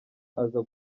aza